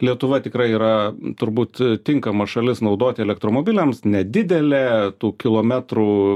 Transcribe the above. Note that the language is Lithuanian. lietuva tikrai yra turbūt tinkama šalis naudot elektromobiliams nedidelė tų kilometrų